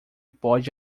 pode